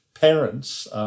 parents